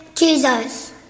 Jesus